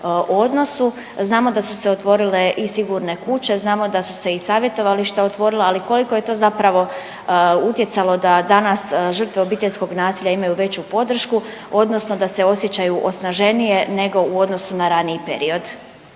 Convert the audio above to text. Znamo da su se otvorile i sigurne kuće, znamo da su se i savjetovališta otvorila ali koliko je to zapravo utjecalo da danas žrtve obiteljskog nasilja imaju veću podršku odnosno da se osjećaju osnaženije nego u odnosu na raniji period.